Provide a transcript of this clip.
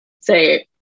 say